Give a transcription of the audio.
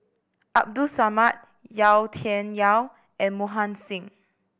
Abdul Samad Yau Tian Yau and Mohan Singh